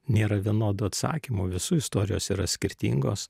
nėra vienodų atsakymų visų istorijos yra skirtingos